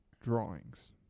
drawings